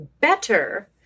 better